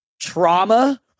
trauma